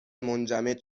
منجمد